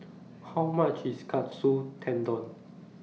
How much IS Katsu Tendon